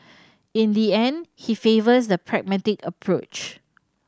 in the end he favours the pragmatic approach